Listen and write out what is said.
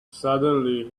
suddenly